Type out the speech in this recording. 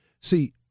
See